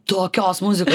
tokios muzikos